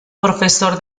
profesor